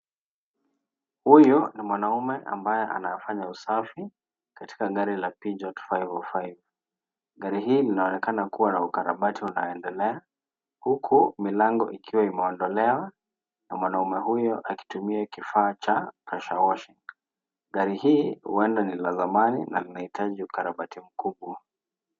Huyu ni mwanaume ambaye anafanya usafi katika gari la pigeot five o five. Gari hili linaonekana kuwa na ukarabati unaondelea huku milango ikiwa imeondolewa na mwanaume huyu akitumia kifaa cha pressure washer .Gari hii huenda ni la zamani na linahitaji ukarabati mkubwa.